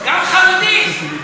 גם חרדים.